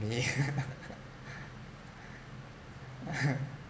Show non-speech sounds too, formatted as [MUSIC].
me [LAUGHS]